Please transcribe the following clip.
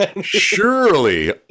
surely